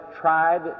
tried